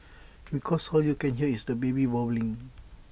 because all you can hear is the baby bawling